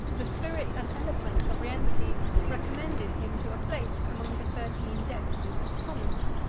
the spirit and eloquence of rienzi recommended him to a place among the thirteen deputies of the commons.